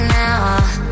now